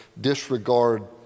disregard